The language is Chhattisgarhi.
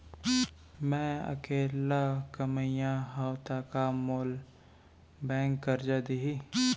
मैं अकेल्ला कमईया हव त का मोल बैंक करजा दिही?